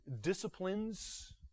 disciplines